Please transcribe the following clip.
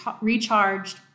recharged